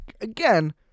again